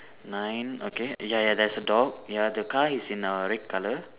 nine okay ya ya there's a dog ya the car is in err red colour